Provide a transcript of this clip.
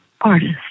artist